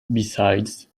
besides